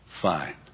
Fine